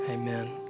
Amen